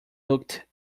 looked